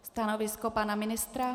Stanovisko pana ministra?